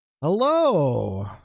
hello